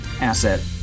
asset